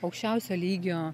aukščiausio lygio